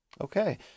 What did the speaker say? Okay